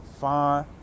fine